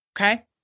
Okay